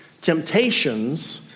temptations